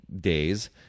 days